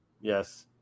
yes